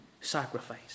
sacrifice